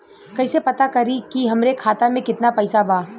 कइसे पता करि कि हमरे खाता मे कितना पैसा बा?